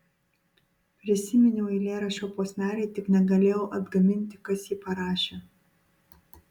prisiminiau eilėraščio posmelį tik negalėjau atgaminti kas jį parašė